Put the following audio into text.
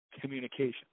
communication